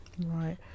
Right